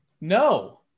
no